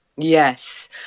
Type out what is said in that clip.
Yes